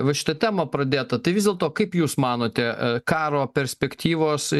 va šitą temą pradėtą tai vis dėlto kaip jūs manote karo perspektyvos